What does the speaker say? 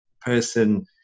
person